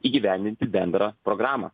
įgyvendinti bendrą programą